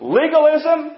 legalism